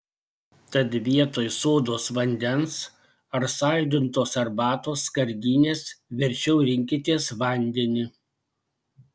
tad vietoj sodos vandens ar saldintos arbatos skardinės verčiau rinkitės vandenį